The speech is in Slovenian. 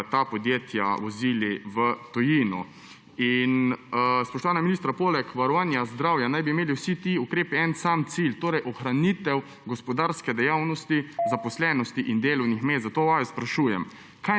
ta podjetja vozili v tujino. Spoštovana ministra, poleg varovanja zdravja naj bi imeli vsi ti ukrepi en sam cilj, to je ohranitev gospodarske dejavnosti, zaposlenosti in delovnih mest, zato vas sprašujem: